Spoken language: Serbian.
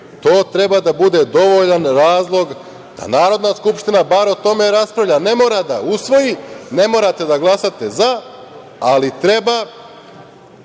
To treba da bude dovoljan razlog da Narodna skupština bar o tome raspravlja. Ne mora da usvoji, ne morate da glasate „za“, ali treba